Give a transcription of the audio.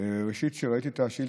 אבל לאחרונה התקבל